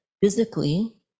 physically